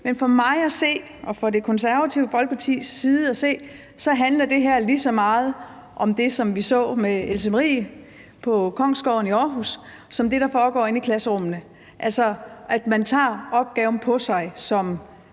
men for mig at se og for Det Konservative Folkeparti at se handler det her lige så meget om det, som vi så med Else Marie på Kongsgården i Aarhus, som det, der foregår inde i klasserummene, altså at man tager opgaven på sig som